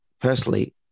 personally